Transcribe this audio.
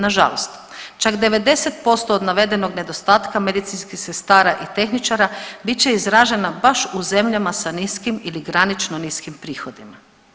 Na žalost čak 90% od navedenog nedostatka medicinskih sestara i tehničara bit će izražena baš u zemljama sa niskim ili granično niskim prihodima.